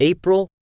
April